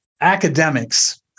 academics